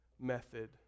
method